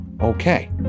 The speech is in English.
Okay